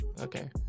Okay